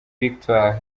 victor